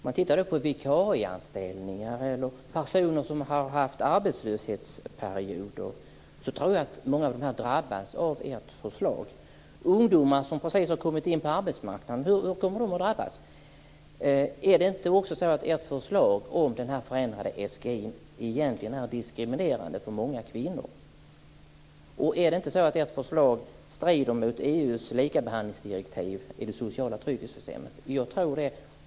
Fru talman! Om vi tittar på personer som har haft vikarieanställningar eller arbetslöshetsperioder tror jag att många av dessa drabbas av ert förslag. Hur kommer ungdomar som precis kommit in på arbetsmarknaden att drabbas? Är det inte också så att ert förslag om förändrad SGI egentligen är diskriminerande för många kvinnor? Är det inte så att ert förslag strider mot EU:s likabehandlingsdirektiv i det sociala trygghetssystemet? Jag tror det.